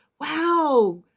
wow